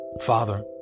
Father